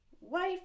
Wife